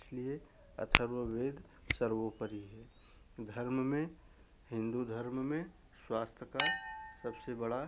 इसलिए अथर्ववेद सर्वोपरि है धर्म में हिन्दू धर्म में स्वास्थ का सबसे बड़ा